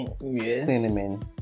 cinnamon